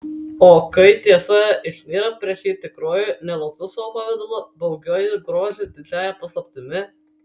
o kai tiesa išnyra prieš jį tikruoju nelauktu savo pavidalu baugiuoju grožiu didžiąja paslaptimi